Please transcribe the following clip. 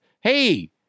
Hey